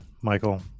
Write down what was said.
Michael